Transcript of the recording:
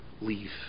leave